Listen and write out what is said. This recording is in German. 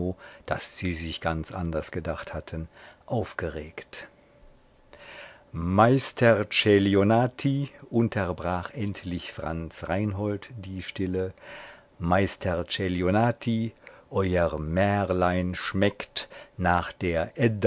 das sie sich ganz anders gedacht hatten aufgeregt meister celionati unterbrach endlich franz reinhold die stille meister celionati euer märlein schmeckt nach der